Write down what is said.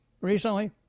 recently